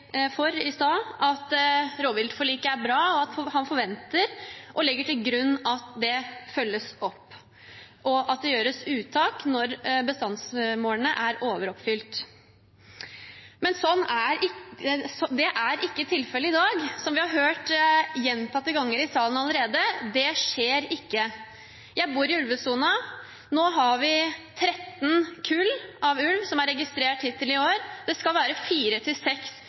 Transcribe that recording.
at rovviltforliket er bra, og at han forventer og legger til grunn at det følges opp, og at det gjøres uttak når bestandsmålene er overoppfylt. Men det er ikke tilfellet i dag. Som vi har hørt gjentatte ganger i salen allerede: Det skjer ikke. Jeg bor i ulvesonen. Nå har vi 13 kull med ulv som er registrert hittil i år. Det skal være 4–6 ynglinger til